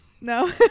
no